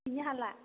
बिनो हाला